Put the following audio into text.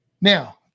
Now